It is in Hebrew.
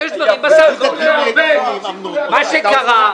תשרי האחרונים, בדג אמנון קפוא הייתה ירידה.